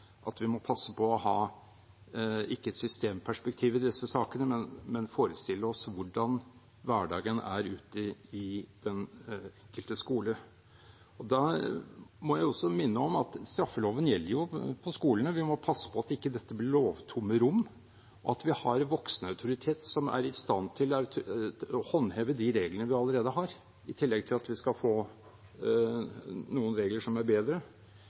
at vi må passe på ikke å ha et systemperspektiv i disse sakene, men forestille oss hvordan hverdagen er ute i den enkelte skole. Da må jeg også minne om at straffeloven gjelder jo på skolene. Vi må passe på at dette ikke blir lovtomme rom, og at vi har voksenautoritet som er i stand til å håndheve de reglene vi allerede har, i tillegg til at vi skal få noen regler som er bedre.